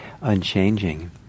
unchanging